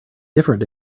different